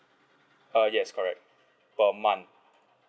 uh yes correct per month